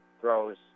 throws